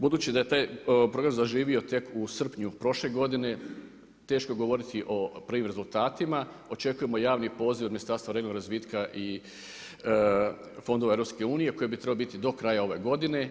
Budući da je taj program zaživio tek u srpnju prošle godine, teško je govoriti o … rezultatima, očekujemo javni poziv od Ministarstva regionalnog razvitka i fondova EU koji bi trebali biti do kraja ove godine.